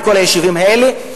בכל היישובים האלה.